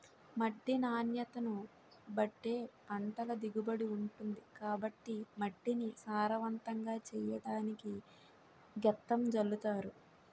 మట్టి నాణ్యతను బట్టే పంటల దిగుబడి ఉంటుంది కాబట్టి మట్టిని సారవంతంగా చెయ్యడానికి గెత్తం జల్లుతారు